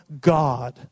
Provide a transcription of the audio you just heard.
God